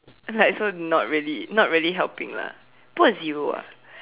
like so not really not really helping lah put a zero ah